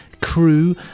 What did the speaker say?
crew